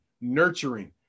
nurturing